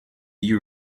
you